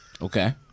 okay